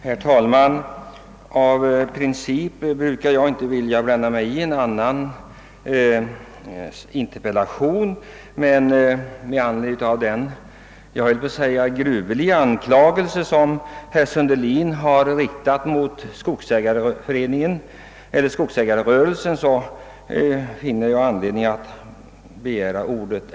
Herr talman! Av princip brukar jag inte blanda mig i en interpellation som framställts av en annan ledamot, men med anledning av den gruvliga anklagelse herr Sundelin riktat mot skogsägarrörelsen finner jag ändå anledning att ta till orda.